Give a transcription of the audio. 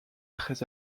très